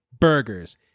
burgers